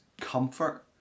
comfort